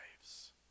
lives